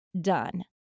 done